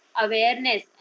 awareness